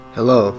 Hello